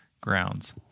grounds